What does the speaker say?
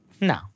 No